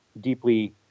deeply